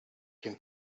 can